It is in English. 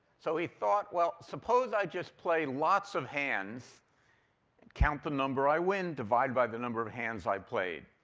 so he thought, well suppose i just play lots of hands and count the number i win, divide by the number of hands i played.